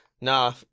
Nah